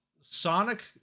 Sonic